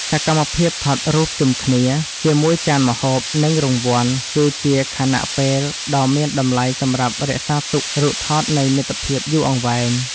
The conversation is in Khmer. សកម្មភាពថតរូបជុំគ្នាជាមួយចានម្ហូប និងរង្វាន់ គឺជាខណៈពេលដ៏មានតម្លៃសម្រាប់រក្សាទុករូបថតនៃមិត្តភាពយូរអង្វែង។